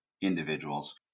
individuals